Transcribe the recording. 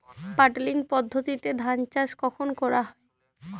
Puddling পদ্ধতিতে ধান চাষ কখন করা হয়?